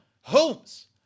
homes